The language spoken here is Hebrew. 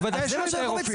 בוודאי שעל ידי רופאים.